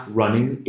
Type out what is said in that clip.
running